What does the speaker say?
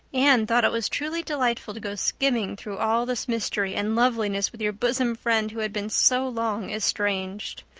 anne thought it was truly delightful to go skimming through all this mystery and loveliness with your bosom friend who had been so long estranged.